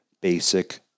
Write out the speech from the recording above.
basic